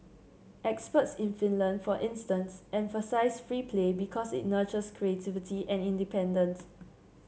experts in Finland for instance emphasise free play because it nurtures creativity and independence